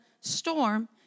storm